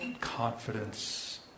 confidence